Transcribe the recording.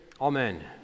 amen